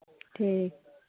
ठीक